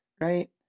right